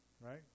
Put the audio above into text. right